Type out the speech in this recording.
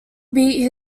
beat